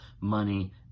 money